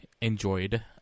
enjoyed